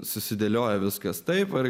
susidėlioja viskas taip ar